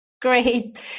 Great